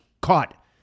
caught